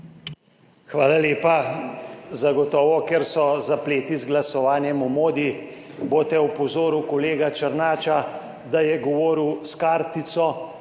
Hvala lepa. Zagotovo, ker so zapleti z glasovanjem o modi, boste opozoril kolega Černača, da je govoril s kartico